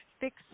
fix